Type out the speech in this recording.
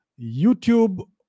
YouTube